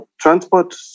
transport